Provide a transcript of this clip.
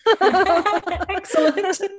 Excellent